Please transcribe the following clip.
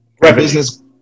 Business